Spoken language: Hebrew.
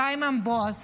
גם עם בועז,